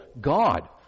God